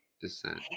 descent